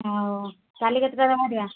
ଆଉ କାଲି କେତେଟା ବେଳେ ବାହାରିବା